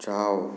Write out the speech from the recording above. જાવ